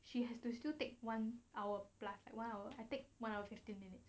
she has to still take one hour plus like one hour I take one hour fifteen minutes